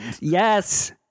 Yes